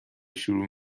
شروع